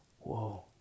whoa